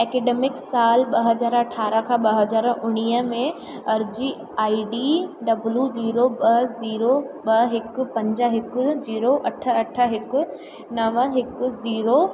academic साल ॿ हज़ार अरिड़हं खां ॿ हज़ार उणिवीह में अर्ज़ी आई डी डब्लू जीरो ॿ जीरो ॿ हिकु पंज हिकु जीरो अठ अठ हिकु नव हिकु जीरो